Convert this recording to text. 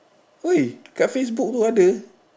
!oi! dekat facebook itu ada